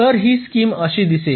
तर हि स्कीम अशी दिसेल